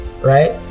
right